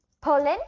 Poland